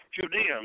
Judeans